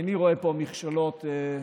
איני רואה פה מכשלות מהותיות.